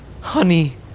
Honey